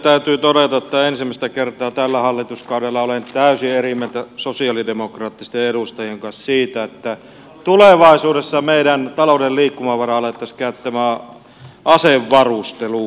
täytyy todeta että ensimmäistä kertaa tällä hallituskaudella olen täysin eri mieltä sosialidemokraattisten edustajien kanssa siitä että tulevaisuudessa meidän talouden liikkumavaraa alettaisiin käyttämään asevarusteluun